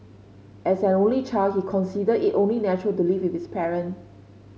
as an only child he consider it only natural to live with his parent